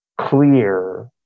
clear